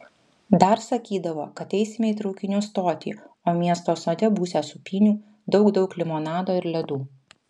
dar sakydavo kad eisime į traukinių stotį o miesto sode būsią sūpynių daug daug limonado ir ledų